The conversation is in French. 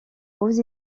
aux